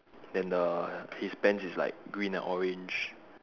then the his pants is like green and orange